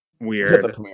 weird